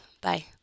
Bye